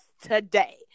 today